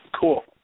Cool